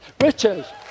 riches